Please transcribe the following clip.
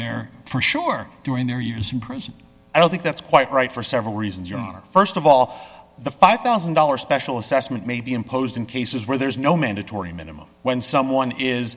their for sure during their years in prison i don't think that's quite right for several reasons your honor st of all the five thousand dollars special assessment may be imposed in cases where there is no mandatory minimum when someone is